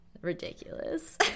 ridiculous